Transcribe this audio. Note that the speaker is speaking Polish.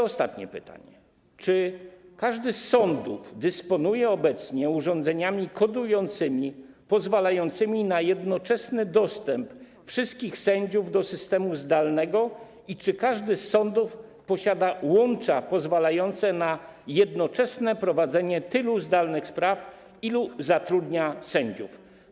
Ostatnie pytanie: Czy każdy z sądów dysponuje obecnie urządzeniami kodującymi pozwalającymi na jednoczesny dostęp wszystkich sędziów do systemu zdalnego i czy każdy z sądów posiada łącza pozwalające na jednoczesne prowadzenie tylu zdalnych spraw, ilu zatrudnia sędziów?